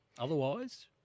Otherwise